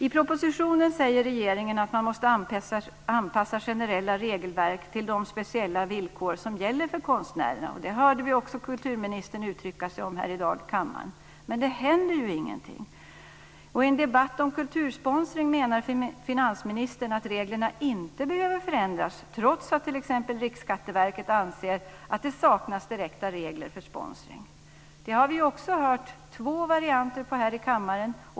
I propositionen säger regeringen att man måste anpassa generella regelverk till de speciella villkor som gäller för konstnärerna. Det hörde vi också kulturministern uttrycka här i kammaren i dag. Men det händer ju ingenting! I en debatt om kultursponsring menar finansministern att reglerna inte behöver förändras trots att t.ex. Riksskatteverket anser att det saknas direkta regler för sponsring. Det har vi också hört två varianter av här i kammaren.